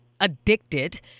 addicted